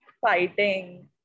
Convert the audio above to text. fighting